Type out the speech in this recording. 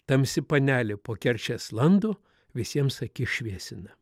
tamsi panelė po kerčias lando visiems akis šviesina